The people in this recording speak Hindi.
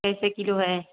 कैसे किलो है